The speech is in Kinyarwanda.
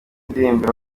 ndirimbo